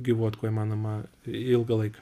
gyvuot kuo įmanoma ilgą laiką